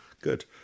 Good